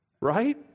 Right